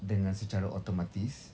dengan secara otomatis